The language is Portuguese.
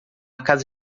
casa